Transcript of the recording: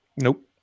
Nope